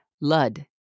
Lud